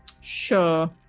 Sure